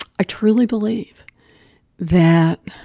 i truly believe that